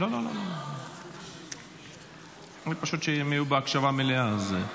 לא, פשוט שיהיו בהקשבה מלאה על זה.